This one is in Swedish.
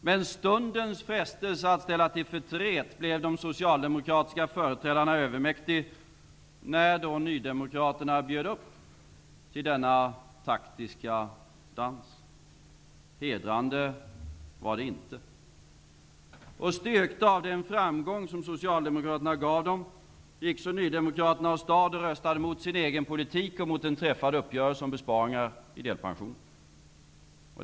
Men stundens frestelse att ställa till förtret blev de socialdemokratiska företrädarna övermäktig när nydemokraterna bjöd upp till denna taktiska dans. Hedrande var det inte. Styrkta av den framgång som Socialdemokraterna gav dem gick Ny demokrati åstad och röstade mot sin egen politik och mot en träffad uppgörelse om besparingar i delpensionen.